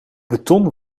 beton